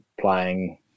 playing